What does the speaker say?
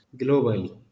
globally